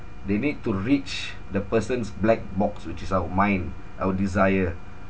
they need to reach the person's black box which is our mind our desire